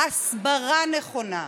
הסברה נכונה,